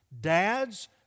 Dads